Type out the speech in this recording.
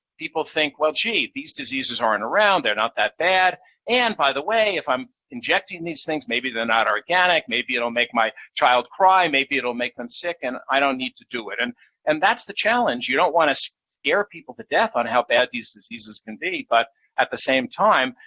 people think, well, gee, these diseases aren't around, they're not that bad and, by the way, if i'm injecting these things, maybe they're not organic, maybe it'll make my child cry, maybe it'll make them sick, and i don't need to do it. and and that's the challenge. you don't want to so scare people to death on how bad these diseases can be, but at the same time,